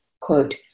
Quote